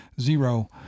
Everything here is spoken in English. zero